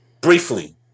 Briefly